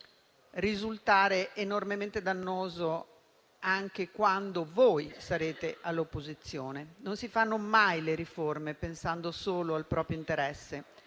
risultare enormemente dannoso, anche quando voi sarete all'opposizione. Non si fanno mai le riforme pensando solo al proprio interesse.